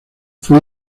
fue